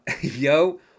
Yo